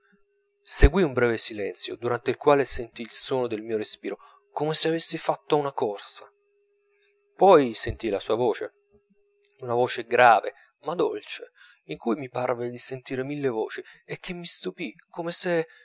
seguì un breve silenzio durante il quale sentii il suono del mio respiro come se avessi fatto una corsa poi sentii la sua voce una voce grave ma dolce in cui mi parve di sentire mille voci e che mi stupì come se